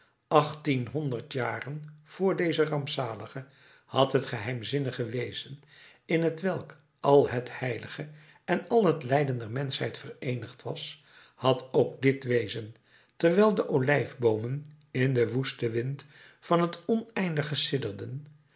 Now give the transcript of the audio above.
achttienhonderd jaren vr dezen rampzalige had het geheimzinnige wezen in t welk al het heilige en al het lijden der menschheid vereenigd was had ook dit wezen terwijl de olijfboomen in den woesten wind van het oneindige